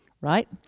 right